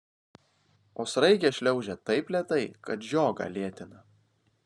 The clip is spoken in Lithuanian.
o sraigė šliaužia taip lėtai kad žiogą lėtina